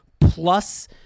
plus